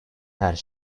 her